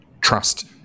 trust